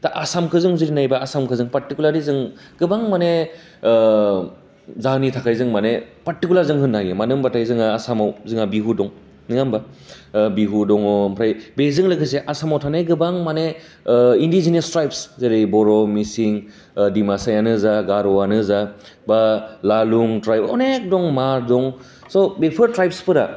दा आसामखौ जों जुदि नायोब्ला आसामखौ जों पार्टिकुलारलि जों गोबां मानि जोहोननि थाखाय जों मानि पार्टिकुलार जों होन्नो हायो मोन होनबाथाय जोंहा आसामाव जोंहा बिहु दं नोङा होनबा बिहु दं आमफ्राइ बेजों लोगोसे आसामाव थानाय गोबां मानि इन्डिजिनियास ट्राइपस जेरै बर' मिसिं डिमासायानो जा गार'आनो जा बा लालुं ट्राइप अनेक दं मा दं स' बेफोर ट्राइपफोरा